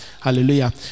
hallelujah